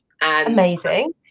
Amazing